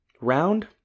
Round